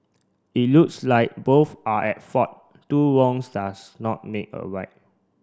it looks like both are at fault two wrongs does not make a right